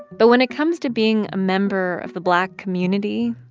but when it comes to being a member of the black community,